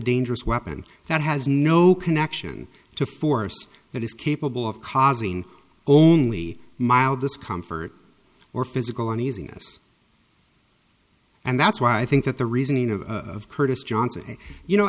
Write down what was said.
dangerous weapon that has no connection to force but is capable of causing only mild this comfort or physical an easing us and that's why i think that the reasoning of curtis johnson you know